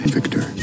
Victor